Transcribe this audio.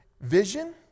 vision